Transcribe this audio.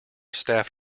staff